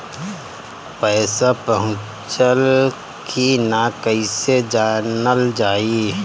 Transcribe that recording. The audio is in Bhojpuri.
पैसा पहुचल की न कैसे जानल जाइ?